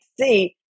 see